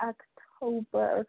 October